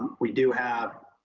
we do have,